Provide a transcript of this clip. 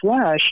Flash